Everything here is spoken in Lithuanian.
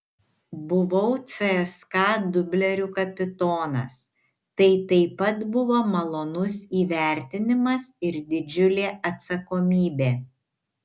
buvau cska dublerių kapitonas tai taip pat buvo malonus įvertinimas ir didžiulė atsakomybė